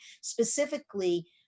specifically